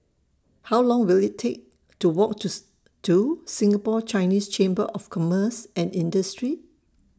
How Long Will IT Take to Walk Tooth to Singapore Chinese Chamber of Commerce and Industry